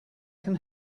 can